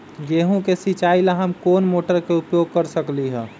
गेंहू के सिचाई ला हम कोंन मोटर के उपयोग कर सकली ह?